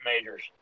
majors